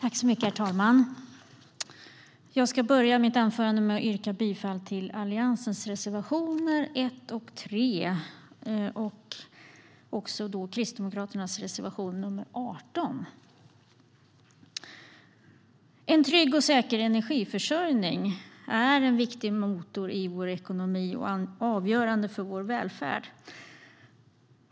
Herr talman! Jag börjar mitt anförande med att yrka bifall till Alliansens reservationer 1 och 3 samt Kristdemokraternas reservation 18. En trygg och säker energiförsörjning är en viktig motor i vår ekonomi och avgörande för vår välfärd.